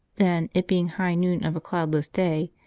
then, it being high noon of a cloudless day,